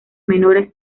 menores